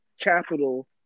capital